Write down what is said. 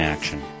Action